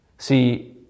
See